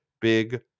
big